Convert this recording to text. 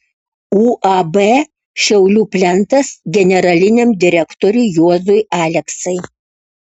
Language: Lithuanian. uab šiaulių plentas generaliniam direktoriui juozui aleksai